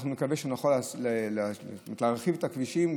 אני מקווה שנוכל להרחיב את הכבישים,